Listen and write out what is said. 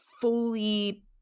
fully